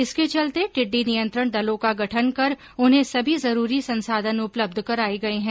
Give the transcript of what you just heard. इसके चलते टिड्डी नियंत्रण दलों का गठन कर उन्हें सभी जरूरी संसाधन उपलब्ध कराए गए है